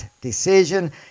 decision